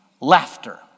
laughter